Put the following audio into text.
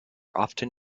often